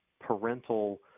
parental